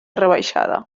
rebaixada